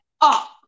up